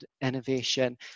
innovation